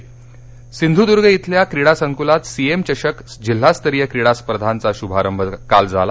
सिंधुदुर्गः सिंधूद्र्य इथल्या क्रीडा संकुलात सीएम चषक जिल्हास्तरीय क्रीडा स्पर्धांचा शुभारभ काल झाला